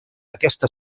aquesta